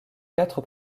quatre